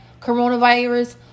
coronavirus